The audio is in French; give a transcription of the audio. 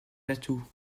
atouts